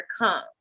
Overcome